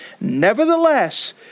Nevertheless